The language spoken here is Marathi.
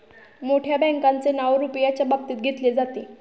मोठ्या बँकांचे नाव रुपयाच्या बाबतीत घेतले जाते